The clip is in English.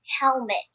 helmet